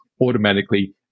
automatically